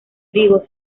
trigo